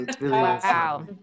Wow